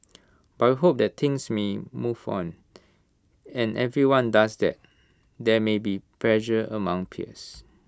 but we hope that things mean move on and everyone does that there may be pressure among peers